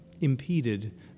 impeded